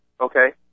okay